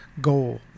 goal